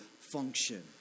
function